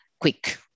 quick